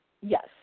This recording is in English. Yes